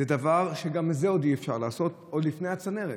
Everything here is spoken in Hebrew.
גם את זה עוד אי-אפשר לעשות, עוד לפני הצנרת.